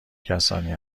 کسانی